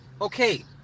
okay